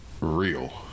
real